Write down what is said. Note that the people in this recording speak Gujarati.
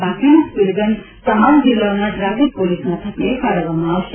બાકીની સ્પીડ ગન તમામ જિલ્લાઓના ટ્રાફિક પોલીસ મથકને ફાળવવામાં આવશે